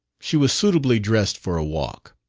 she was suitably dressed for a walk.